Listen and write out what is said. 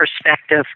perspective